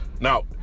Now